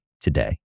today